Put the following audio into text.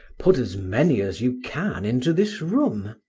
put as many as you can into this room.